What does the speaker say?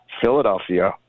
Philadelphia